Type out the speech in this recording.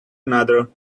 another